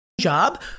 job